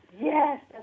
Yes